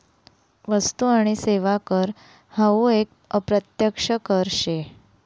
वस्तु आणि सेवा कर हावू एक अप्रत्यक्ष कर शे